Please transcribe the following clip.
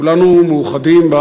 כולנו מאוחדים,